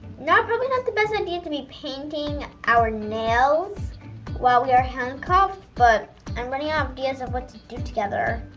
probably not the best idea to be painting our nails while we are handcuffed but i'm running out of ideas of what to do together.